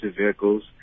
vehicles